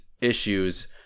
issues